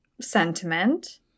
sentiment